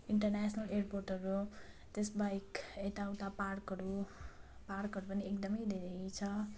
enter national एयरपोर्टहरू त्यस बाहेक यताउता पार्कहरू पार्कहरू पनि एकदम धेरै छ